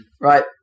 right